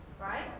right